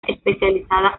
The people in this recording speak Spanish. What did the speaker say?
especializada